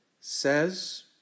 says